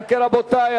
אם כן, רבותי,